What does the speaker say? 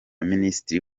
minisitiri